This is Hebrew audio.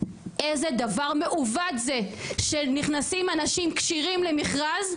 איזה דבר מעוות זה שנכנסים אנשים כשירים למכרז,